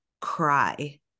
cry